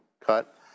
cut